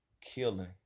killing